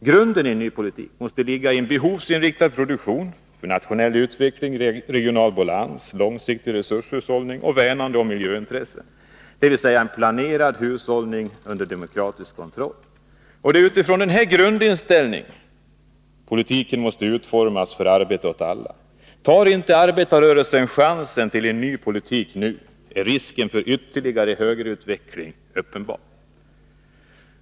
Grunden för en ny politik måste vara behovsinriktad produktion, nationell utveckling, regional balans, långsiktig resurshushållning och värnande om miljön, dvs. en planerad hushållning under demokratisk kontroll. Det är med utgångspunkt i denna inställning som politiken för arbete åt alla måste utformas. Tar inte arbetarrörelsen chansen att nu föra en ny politik, är risken för en ytterligare utveckling åt höger uppenbar.